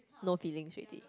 no feeling already